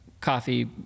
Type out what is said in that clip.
coffee